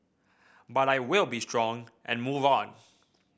but I will be strong and move on